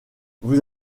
vous